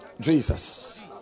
Jesus